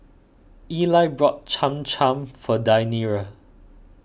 Eli bought Cham Cham for Deyanira